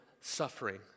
suffering